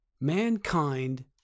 Mankind